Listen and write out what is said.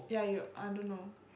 yeah you I don't know